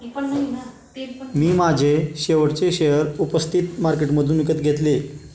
मी माझे शेवटचे शेअर उपस्थित मार्केटमधून विकत घेतले